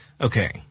Okay